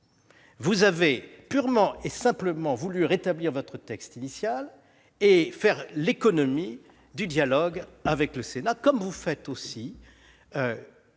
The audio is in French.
Vous avez purement et simplement voulu rétablir votre texte initial et faire l'économie du dialogue avec le Sénat. De la même façon, vous